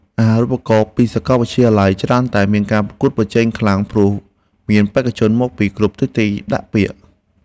អាហារូបករណ៍ពីសាកលវិទ្យាល័យច្រើនតែមានការប្រកួតប្រជែងខ្លាំងព្រោះមានបេក្ខជនមកពីគ្រប់ទិសទីដាក់ពាក្យ។